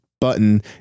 Button